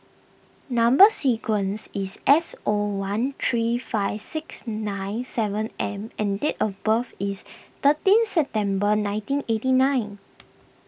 Number Sequence is S O one three five six nine seven M and date of birth is thirteen September nineteen eighty nine